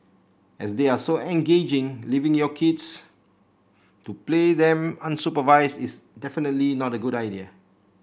as they are so engaging leaving your kids to play them unsupervised is definitely not a good idea